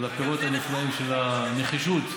על הנחישות.